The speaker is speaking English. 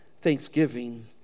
thanksgiving